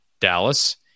Dallas